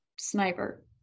sniper